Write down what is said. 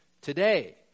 today